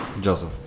Joseph